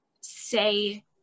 say